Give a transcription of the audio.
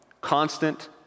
constant